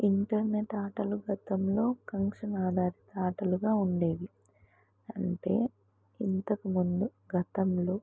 internet ఆటలు గతంలో connection ఆధారిత ఆటలుగా ఉండేవి అంటే ఇంతకుముందు గతంలో